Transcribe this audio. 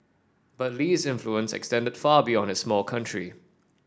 but Lee's influence extended far beyond his small country